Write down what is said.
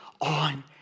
on